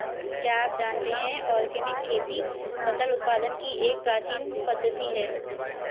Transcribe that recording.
क्या आप जानते है ऑर्गेनिक खेती फसल उत्पादन की एक प्राचीन पद्धति है?